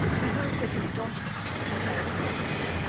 he heard that his daughter had hired a horse,